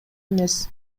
эмес